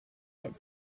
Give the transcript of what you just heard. had